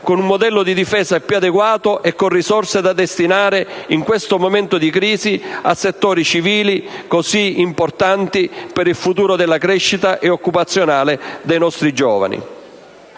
con un modello di difesa più adeguato e con risorse da destinare, in questo momento di crisi, a settori civili così importanti per il futuro della crescita e occupazionale dei nostri giovani.